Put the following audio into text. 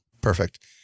Perfect